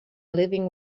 living